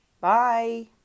Bye